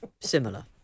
similar